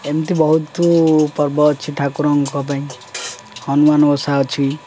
ଏମିତି ବହୁତ ପର୍ବ ଅଛି ଠାକୁରଙ୍କ ପାଇଁ ହନୁମାନ ଓଷା ଅଛି